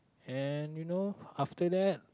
and you know after that